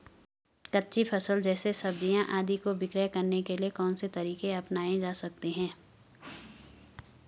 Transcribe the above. कच्ची फसल जैसे सब्जियाँ आदि को विक्रय करने के लिये कौन से तरीके अपनायें जा सकते हैं?